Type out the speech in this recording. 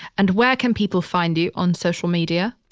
and where can people find you on social media?